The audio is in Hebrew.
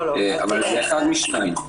אבל אחד משניים.